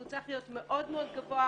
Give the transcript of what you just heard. הוא צריך להיות מאוד מאוד גבוה.